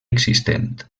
existent